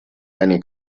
eine